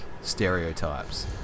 stereotypes